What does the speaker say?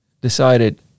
decided